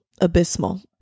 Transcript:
abysmal